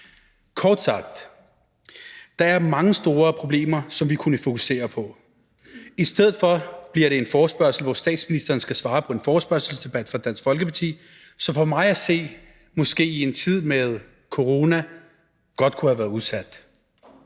Kort sagt: Der er mange store problemer, som vi kunne fokusere på. I stedet for bliver det en forespørgsel, hvor statsministeren skal svare på en forespørgselsdebat fra Dansk Folkeparti, som for mig at se måske i en tid med corona godt kunne have været udsat.